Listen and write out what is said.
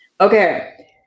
Okay